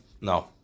no